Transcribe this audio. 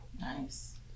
Nice